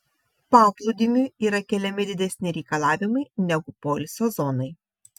paplūdimiui yra keliami didesni reikalavimai negu poilsio zonai